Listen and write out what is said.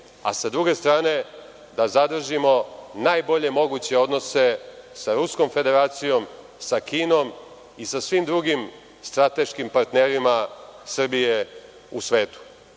a sa druge strane da zadržimo najbolje moguće odnose sa Ruskom Federacijom, sa Kinom i sa svim drugim strateškim partnerima Srbije u svetu. Srbija